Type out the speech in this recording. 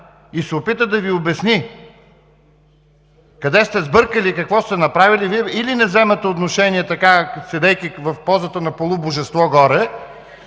и се опита да Ви обясни къде сте сбъркали и какво сте направили, Вие или не вземате отношение, седейки в позата на полубожество горе,